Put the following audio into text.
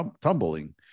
Tumbling